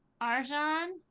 Arjan